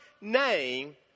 name